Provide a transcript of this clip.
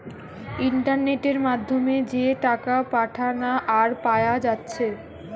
ইন্টারনেটের মাধ্যমে যে টাকা পাঠানা আর পায়া যাচ্ছে